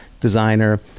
designer